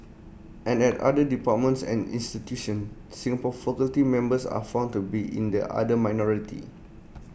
and at other departments and institutions Singaporean faculty members are found to be in the other minority